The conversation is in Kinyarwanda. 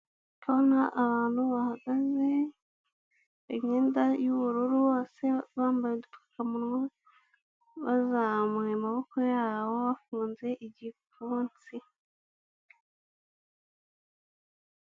Turabona abantu bahagaze, imyenda y'ubururu bose bambaye udupfukamunwa bazamuye amaboko yabo bafunze igipfunsi.